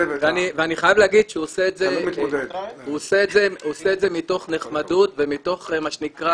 ואני חייב להגיד שהוא עושה את זה מתוך נחמדות ומתוך מה שנקרא